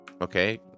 Okay